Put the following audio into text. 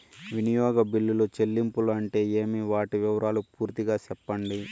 వినియోగ బిల్లుల చెల్లింపులు అంటే ఏమి? వాటి వివరాలు పూర్తిగా సెప్పండి?